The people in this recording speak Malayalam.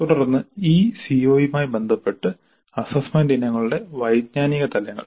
തുടർന്ന് ഈ സിഒയുമായി ബന്ധപ്പെട്ട അസ്സസ്സ്മെന്റ് ഇനങ്ങളുടെ വൈജ്ഞാനിക തലങ്ങൾ